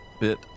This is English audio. bit